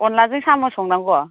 अनलाजों साम' संनांगौ